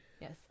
Yes